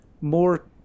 more